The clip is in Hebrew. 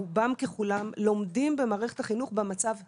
רובם ככולם, לומדים במערכת החינוך במצב הזה.